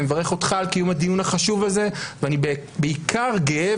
אני מברך אותך על קיום הדיון החשוב הזה ואני בעיקר גאה,